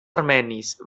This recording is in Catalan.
armenis